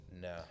No